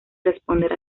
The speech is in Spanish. responder